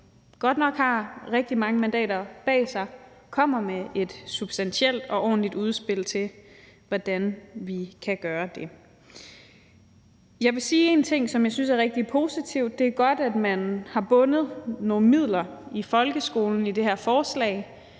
godt nok har rigtig mange mandater bag sig, kommer med et substantielt og ordentligt udspil til, hvordan vi kan gøre det. Jeg vil sige en ting, som jeg synes er rigtig positivt, og det er, at det er godt, man har bundet nogle midler i folkeskolen i det her forslag